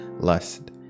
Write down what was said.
lust